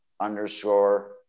underscore